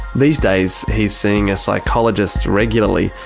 these days, he's seeing a psychologist regularly,